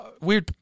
weird